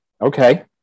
okay